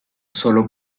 sólo